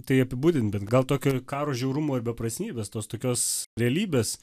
tai apibūdint bet gal tokio karo žiaurumo ir beprasmybės tos tokios realybės